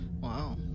Wow